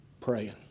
praying